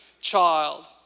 child